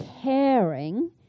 Caring